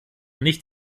nicht